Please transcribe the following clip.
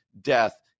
death